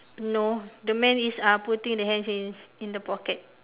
no the man is uh putting the hands in the pocket